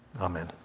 Amen